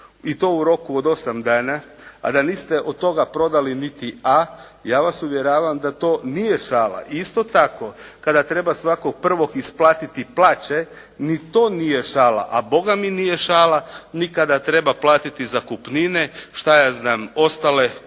i to u roku od 8 dana a da niste od toga prodali niti A ja vas uvjeravam da to nije šala. Isto tako kada treba svakog prvog isplatiti plaće ni to nije šala, a bogami nije šala ni kada platiti zakupnine, šta ja znam, ostale komunalne